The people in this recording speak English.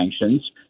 sanctions